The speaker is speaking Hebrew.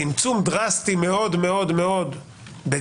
צמצום דרסטי מאוד מאוד מאוד בגרזן,